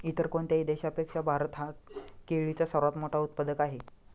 इतर कोणत्याही देशापेक्षा भारत हा केळीचा सर्वात मोठा उत्पादक आहे